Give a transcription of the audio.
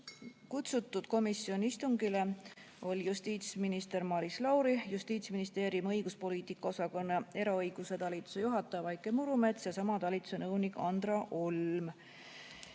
kutsutud ka justiitsminister Maris Lauri, Justiitsministeeriumi õiguspoliitika osakonna eraõiguse talituse juhataja Vaike Murumets ja sama talituse nõunik Andra Olm.